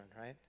right